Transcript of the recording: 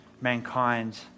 mankind